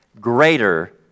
greater